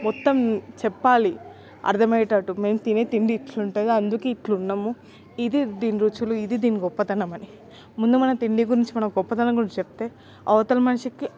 మొత్తం చెప్పాలి అర్దమయ్యేటట్టు మేం తినే తిండి ఇట్లుంటుంది అందుకే ఇట్లున్నము ఇది దీని రుచులు ఇది దీని గొప్పతనమని ముందు మనం తిండి గురించి మనం గొప్పతనం గురించి చెప్తే అవతల మనిషికి